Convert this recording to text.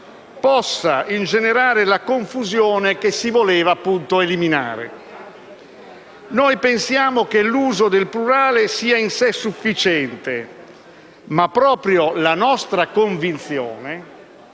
possa ingenerare la confusione che si voleva, appunto, eliminare. Noi pensiamo che l'uso del plurale sia in sé sufficiente, ma proprio questa convinzione